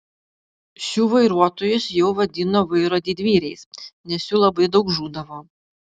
šių vairuotojus jau vadino vairo didvyriais nes jų labai daug žūdavo